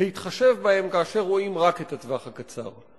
להתחשב בהם כאשר רואים רק את הטווח הקצר.